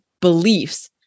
beliefs